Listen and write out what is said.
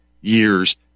years